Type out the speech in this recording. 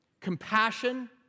compassion